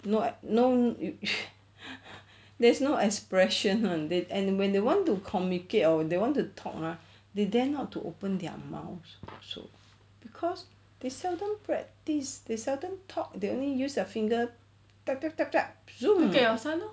no no there's no expression [one] and when they want to communicate or they want to talk ah they dare not to open their mouths so cause they seldom practice they seldom talk they only use your finger zoom